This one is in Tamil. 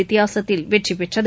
வித்தியாசத்தில் வெற்றி பெற்றது